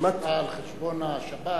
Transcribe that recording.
על חשבון השבת,